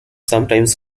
sometimes